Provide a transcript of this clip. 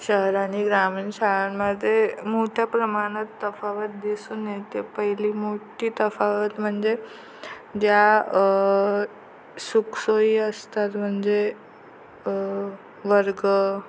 शहर आणि ग्रामीण शाळांमध्ये मोठ्या प्रमाणात तफावत दिसून येते पहिली मोठी तफावत म्हणजे ज्या सुखसोयी असतात म्हणजे वर्ग